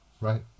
right